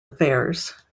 affairs